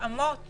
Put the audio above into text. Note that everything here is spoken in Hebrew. התאמות